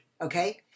Okay